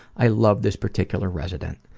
i love this particular resident.